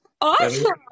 awesome